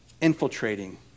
infiltrating